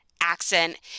accent